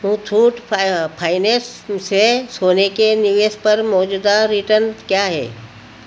Muthoot finance से सोने के निवेश पर मौजूदा रिटर्न क्या है